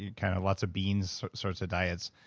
yeah kind of lots of beans sorts of diets.